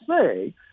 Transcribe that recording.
say